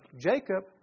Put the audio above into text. Jacob